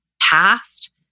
past